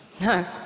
No